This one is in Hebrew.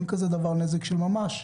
ואין כזה דבר נזק של ממש.